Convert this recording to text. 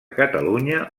catalunya